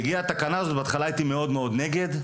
התקנה הזו הגיעה, ובהתחלה הייתי מאוד-מאוד נגד.